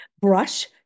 brush